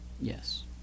Yes